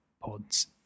pods